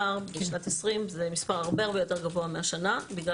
2020 מספר הקבילות בנושא השכר היה הרבה יותר גבוה מהשנה בגלל